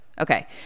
Okay